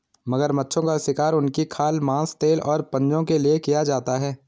मगरमच्छों का शिकार उनकी खाल, मांस, तेल और पंजों के लिए किया जाता है